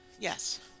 Yes